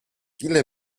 ile